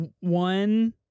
one